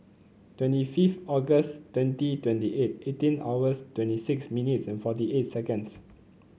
twenty fifth August twenty twenty eight eighteen hours twenty six minutes and forty eight seconds